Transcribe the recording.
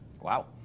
Wow